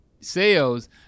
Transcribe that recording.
sales